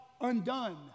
undone